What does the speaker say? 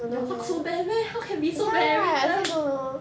your luck so bad meh how can be so very bad